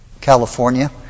California